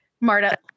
Marta